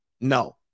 no